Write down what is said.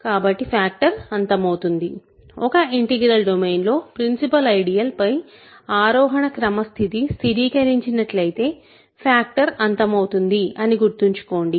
కాబట్టి ఫ్యాక్టర్ అంతమవుతుంది ఒక ఇంటిగ్రాల్ డొమైన్ లో ప్రిన్సిపల్ ఐడియల్ పై ఆరోహణ క్రమ స్థితి స్థిరీకరించినట్లయితే ఫ్యాక్టర్ అంతమవుతుంది అని గుర్తుంచుకోండి